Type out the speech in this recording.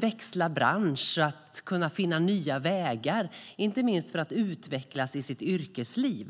växla bransch och finna nya vägar, inte minst för att utvecklas i sitt yrkesliv.